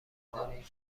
برداری